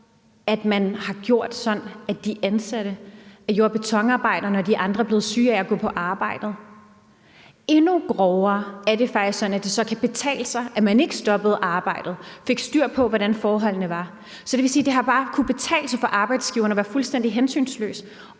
at man har gjort, at de ansatte, jord- og betonarbejderne og de andre, er blevet syge af at gå på arbejde; endnu grovere er det, at det faktisk er sådan, at det så kan betale sig, at man ikke stoppede arbejdet og fik styr på, hvordan forholdene var. Så det vil sige, at det bare har kunnet betale sig for arbejdsgiveren at være fuldstændig hensynsløs,